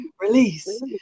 release